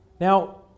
Now